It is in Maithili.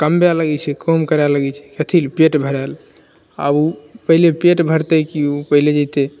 कमबए लगै छै काम करए लगै छै कथी लए पेट भरए लए आ पहिले पेट भरतै की पहिले जैतै